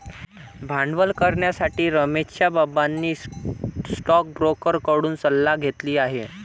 भांडवल करण्यासाठी रमेशच्या बाबांनी स्टोकब्रोकर कडून सल्ला घेतली आहे